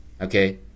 okay